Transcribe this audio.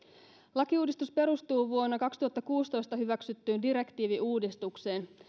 lakiuudistus perustuu vuonna kaksituhattakuusitoista hyväksyttyyn direktiiviuudistukseen